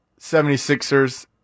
76ers